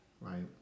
right